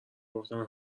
گفتن